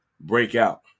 Breakout